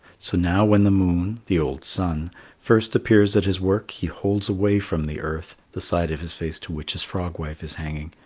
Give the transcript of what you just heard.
so now when the moon the old sun first appears at his work, he holds away from the earth the side of his face to which his frog-wife is hanging,